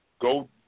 Go